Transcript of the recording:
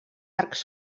arcs